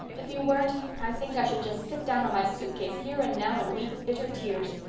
if you weren't i think i should just sit down on my suitcase, here and now, and weep bitter tears.